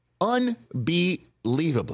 Unbelievably